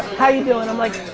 how you doin'? i'm like,